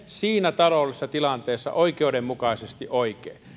siinä taloudellisessa tilanteessa oikeudenmukaisesti oikein